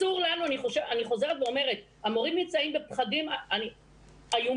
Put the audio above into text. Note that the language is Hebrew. אני חוזרת ואומרת: המורים נמצאים בפחדים איומים,